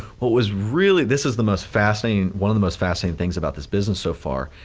what was really, this was the most fascinating one of the most fascinating things about this business so far,